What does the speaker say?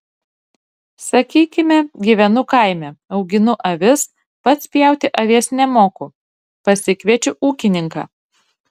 sakykime gyvenu kaime auginu avis pats pjauti avies nemoku pasikviečiu ūkininką